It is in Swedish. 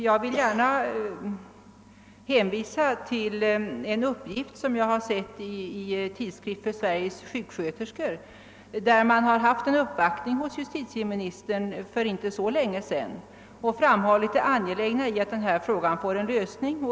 Jag vill hänvisa till en uppgift som jag har sett i Tidskrift för Sveriges Sjuksköterskor, enligt vilken man har gjort en uppvaktning hos justitieministern för inte så länge sedan och framhållit det angelägna i att denna fråga får en lösning.